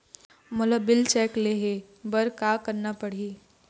मोला bill check ले हे बर का करना पड़ही ही?